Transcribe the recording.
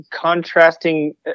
contrasting